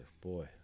boy